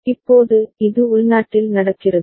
இப்போது இது உள்நாட்டில் நடக்கிறது